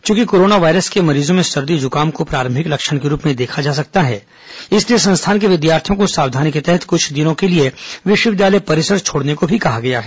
च्रंकि coronavirus के मरीजों में सदी जुकाम को प्रारंभिक लक्षण के रूप में देखा जा सकता है इसलिए संस्थान के विद्यार्थियों को सावधानी के तहत कुछ दिनों के लिए विश्वविद्यालय परिसर छोड़ने को भी कहा गया है